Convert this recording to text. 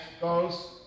goes